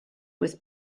with